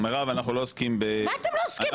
לא עוסקים --- מה אתם לא עוסקים?